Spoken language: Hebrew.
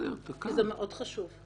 כי זה מאוד חשוב.